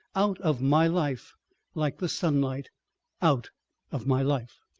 out of my life like the sunlight out of my life.